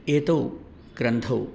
एतौ ग्रन्थौ